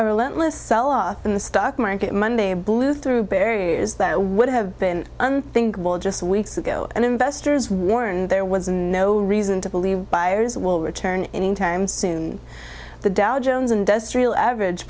relentless sell off in the stock market monday blew through barry is that a would have been unthinkable just weeks ago and investors warned there was no reason to believe buyers will return anytime soon the dow jones industrial average